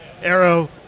Arrow